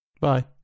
Bye